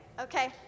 Okay